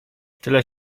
tyle